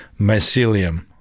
mycelium